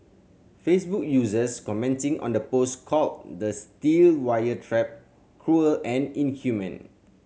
Facebook users commenting on the post called the steel wire trap cruel and inhumane